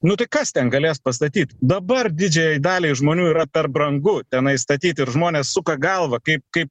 nu tai kas ten galės pastatyti dabar didžiajai daliai žmonių yra per brangu tenais statyt ir žmonės suka galvą kaip kaip